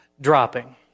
dropping